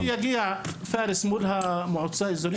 צריך להוציא לפועל את הסיכום שאליו יגיע פארס עם המועצה ובמקביל,